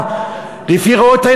בואו לא נגביל את הסכום,